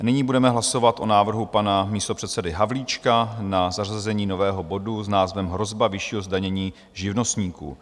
Nyní budeme hlasovat o návrhu pana místopředsedy Havlíčka na zařazení nového bodu s názvem Hrozba vyššího zdanění živnostníků.